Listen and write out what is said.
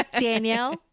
Danielle